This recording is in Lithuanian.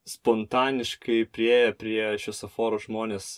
spontaniškai priėję prie šviesoforo žmonės